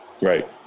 Right